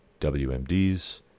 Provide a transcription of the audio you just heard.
WMDs